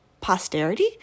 posterity